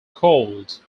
cooled